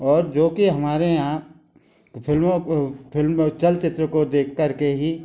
और जो कि हमारे यहाँ फिल्मों चलचित्र को देखकर के ही